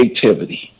creativity